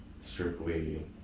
strictly